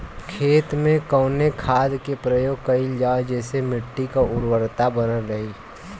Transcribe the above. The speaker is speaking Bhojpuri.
खेत में कवने खाद्य के प्रयोग कइल जाव जेसे मिट्टी के उर्वरता बनल रहे?